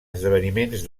esdeveniments